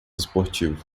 esportivo